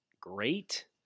great